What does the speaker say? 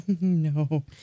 No